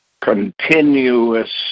continuous